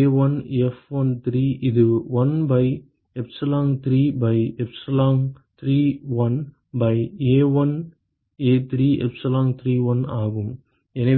A1F13 இது 1 minus epsilon 3 by epsilon 31 by A1 A3 epsilon31 ஆகும்